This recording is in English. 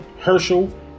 Herschel